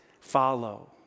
Follow